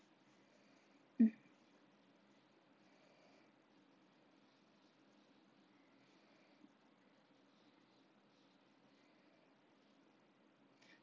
mmhmm